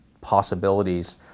Possibilities